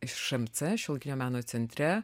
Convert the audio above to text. iš šmc šiuolaikinio meno centre